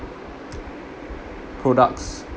products